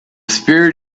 spirit